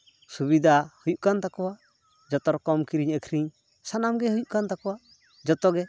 ᱥᱩᱵᱤᱫᱟ ᱦᱩᱭᱩᱜ ᱠᱟᱱ ᱛᱟᱠᱚᱣᱟ ᱡᱚᱛᱚ ᱨᱚᱠᱚᱢ ᱠᱤᱨᱤᱧ ᱟᱹᱠᱷᱨᱤᱧ ᱥᱟᱱᱟᱢ ᱜᱮ ᱦᱩᱭᱩᱜ ᱠᱟᱱ ᱛᱟᱠᱚᱣᱟ ᱡᱚᱛᱚ ᱜᱮ